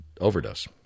overdose